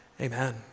Amen